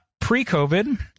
pre-COVID